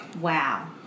Wow